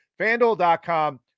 FanDuel.com